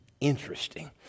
Interesting